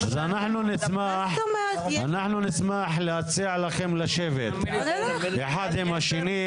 אז אנחנו נשמח להציע לכם לשבת אחד עם השני,